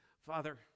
Father